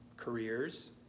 careers